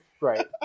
right